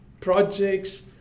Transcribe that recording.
projects